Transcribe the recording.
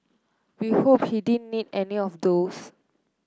we hope he didn't need any of those